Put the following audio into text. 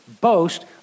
boast